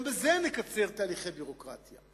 גם בזה נקצר תהליכי ביורוקרטיה.